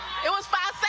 it was a